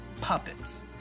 Puppets